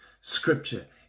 scripture